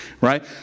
right